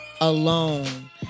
alone